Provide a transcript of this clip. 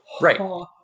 right